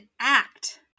act